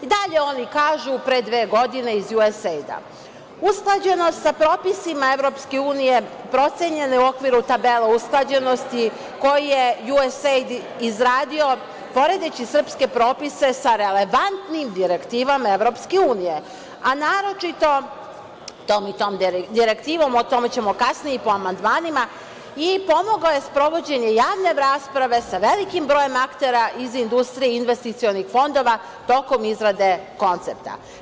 Dalje oni kažu pre dve godine iz USAID – usklađenost sa propisima EU procenjena je u okviru tabele usklađenosti koju je USAID izradio, poredeći srpske propise sa relevantnim direktivama EU, a naročito tom i tom direktivom, o tome ćemo kasnije i po amandmanima, i pomogao je sprovođenje javne rasprave sa velikim brojem aktera iz industrije i investicionih fondova tokom izrade koncepta.